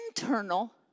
internal